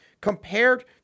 compared